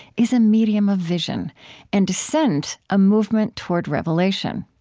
is a medium of vision and descent, a movement toward revelation.